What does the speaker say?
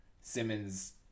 Simmons